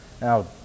now –